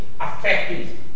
affecting